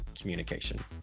communication